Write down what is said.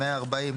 140,